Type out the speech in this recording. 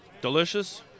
delicious